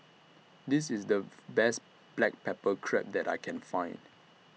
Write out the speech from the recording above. This IS The Best Black Pepper Crab that I Can Find